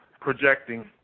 projecting